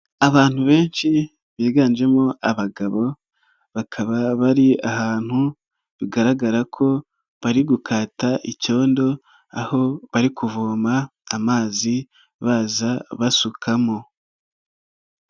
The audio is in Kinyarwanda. Abantu benshi biganjemo abagabo bakaba bari ahantu bigaragara ko bari gukata icyondo aho bari kuvoma amazi baza basukamo.